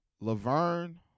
Laverne